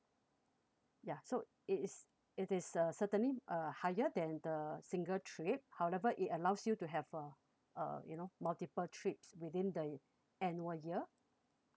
ya so it is it is uh certainly uh higher than the single trip however it allows you to have a a you know multiple trips within the annual year